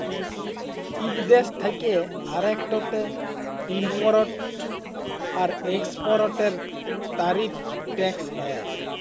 ইক দ্যেশ থ্যাকে আরেকটতে ইমপরট আর একেসপরটের তারিফ টেকস হ্যয়